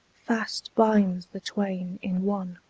fast binds the twain in one.